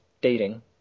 dating